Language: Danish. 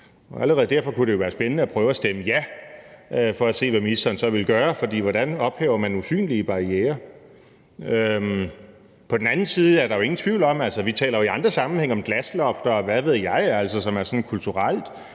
Allerede derfor kunne det jo være spændende at prøve at stemme ja, altså for at se, hvad ministeren så ville gøre, for hvordan ophæver man usynlige barrierer? På den anden side taler vi jo i andre sammenhænge om glaslofter, og hvad ved jeg, som er sådan kulturelt